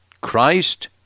Christ